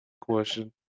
question